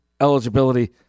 eligibility